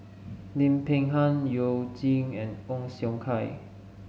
Lim Peng Han You Jin and Ong Siong Kai